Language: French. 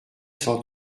cent